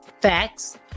Facts